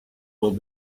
will